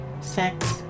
sex